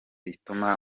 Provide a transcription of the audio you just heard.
ibituma